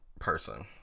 person